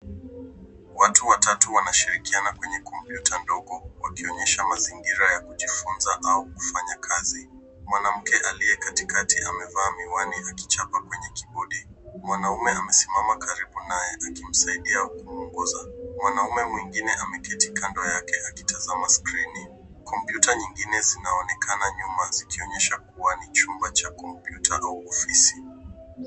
Watu watatu wanashirikiana kwenye kompyuta ndogo wakionyesha mazingira ya kujifunza au kufanya kazi. Mwanamke aliye katikati amevaa miwani akichapa kwenye kibodi. Mwanamume amesimama karibu naye akimsaidia kuongoza. Mwanmume mwengine ameketi kando yake akitazama skrini. Kompyuta zingine zinaonekana nyuma kuonyesha kuwa ni chumba cha kompyuta au ofisi.